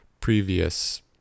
previous